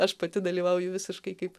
aš pati dalyvauju visiškai kaip